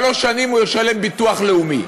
שלוש שנים הוא ישלם ביטוח לאומי.